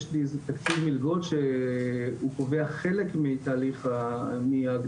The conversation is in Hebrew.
יש לי איזה תקציב מלגות שקובע חלק מהצורך להתמחות